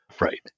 Right